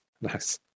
Nice